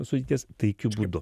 sudėties taikiu būdu